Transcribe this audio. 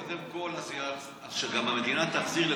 קודם כול, שגם המדינה תחזיר לכל,